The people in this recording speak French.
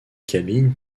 cabines